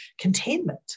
containment